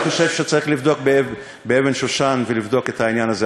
אני חושב שצריך לבדוק באבן-שושן את העניין הזה.